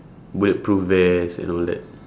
bulletproof vest and all that